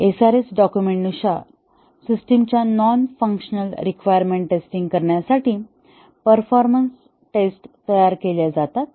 SRS documentation नुसार सिस्टिमच्या non functional requirement testing करण्यासाठी परफॉर्मन्स टेस्ट्स तयार केल्या जातात